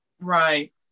Right